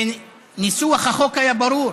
וניסוח החוק היה ברור: